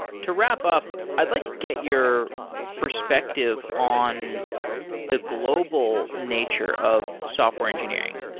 to wrap up, i'd like to get your perspective on the global nature of software engineering.